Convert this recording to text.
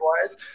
wise